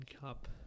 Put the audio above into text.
cup